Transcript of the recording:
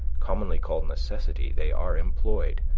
commonly called necessity, they are employed,